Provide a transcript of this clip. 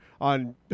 on